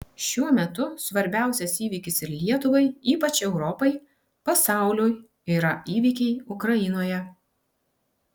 šiuo metu svarbiausias įvykis ir lietuvai ypač europai pasauliui yra įvykiai ukrainoje